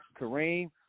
Kareem